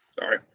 Sorry